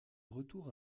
retour